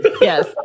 Yes